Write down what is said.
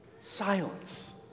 Silence